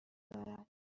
دارد